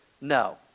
no